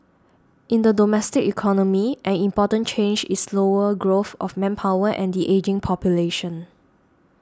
in the domestic economy an important change is slower growth of manpower and the ageing population